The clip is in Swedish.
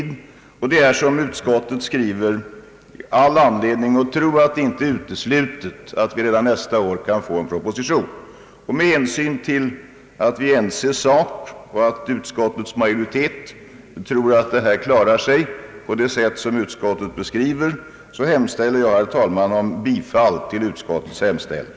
Det finns anledning att tro vad utskottet skriver att det inte är »uteslutet att proposition i ämnet kan föreläggas riksdagen nästa år». Med hänsyn till att vi är ense i sak och att utskottets majoritet räknar med att frågan skall klaras på det sätt utskottet beskriver yrkar jag, herr talman, bifall till utskottets hemställan.